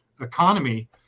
economy